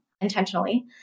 intentionally